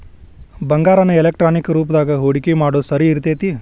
ಬಂಗಾರಾನ ಎಲೆಕ್ಟ್ರಾನಿಕ್ ರೂಪದಾಗ ಹೂಡಿಕಿ ಮಾಡೊದ್ ಸರಿ ಇರ್ತೆತಿ